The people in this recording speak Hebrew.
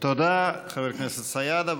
תודה, חבר הכנסת סידה.